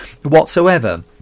whatsoever